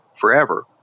forever